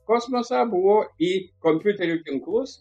kosmosą buvo į kompiuterių tinklus